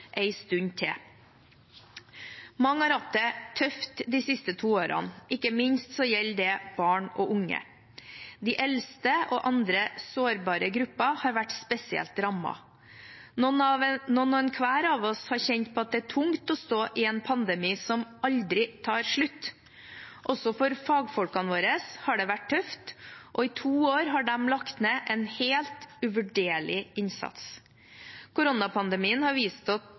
stund til. Mange har hatt det tøft de siste to årene, ikke minst gjelder det barn og unge. De eldste og andre sårbare grupper har vært spesielt rammet. Noen hver av oss har kjent på at det er tungt å stå i en pandemi som «aldri» tar slutt. Også for fagfolkene våre har det vært tøft, og i to år har de lagt ned en helt uvurderlig innsats. Koronapandemien har vist oss at